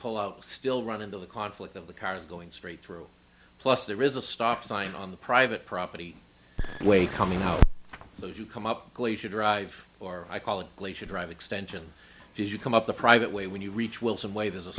pull out still run into the conflict of the cars going straight through plus there is a stop sign on the private property way coming out so you come up glacier drive or i call it glacier drive extension if you come up the private way when you reach wil